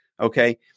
okay